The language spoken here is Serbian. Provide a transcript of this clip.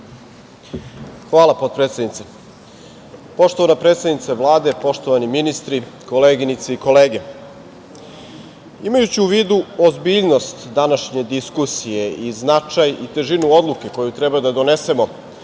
Hvala, potpredsednice. Poštovana predsednice Vlade, poštovani ministri, koleginice i kolege, imajući u vidu ozbiljnost današnje diskusije i značaj i težinu odluke koju treba da donesemo